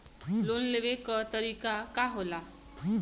Loan लेवे क तरीकाका होला?